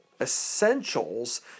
essentials